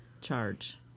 charge